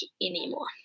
anymore